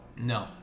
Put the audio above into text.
No